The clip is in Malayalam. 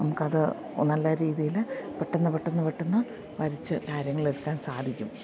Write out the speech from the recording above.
നമുക്ക് അത് നല്ല രീതിയിൽ പെട്ടെന്ന് പെട്ടെന്ന് പെട്ടന്ന് വരച്ചു കാര്യങ്ങൾ എടുക്കാൻ സാധിക്കും